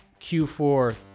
Q4